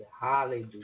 Hallelujah